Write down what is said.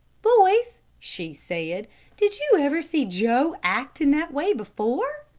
boys, she said, did you ever see joe act in that way before?